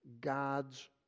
God's